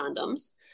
condoms